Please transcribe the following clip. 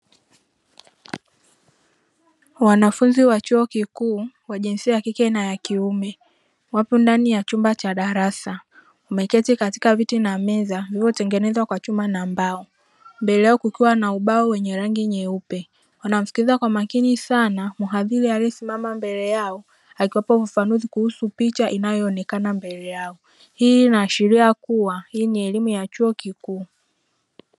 Wanafunzi wa chuo kikuu wa jinsia ya kike na ya kiume wapo ndani ya chumba cha darasa wameketi katika viti na meza, vilivyo tengenezwa kwa chuma na mbao mbele yao kukiwa na ubao wenye rangi nyeupe wanamsikiliza kwa makini sana, mhadhiri aliyesimama mbele yao akiwapa ufafanuzi kuhusu picha inayo onekana mbele yao, hii ina ashiria kuwa hii ni elimu ya chuo kikuu.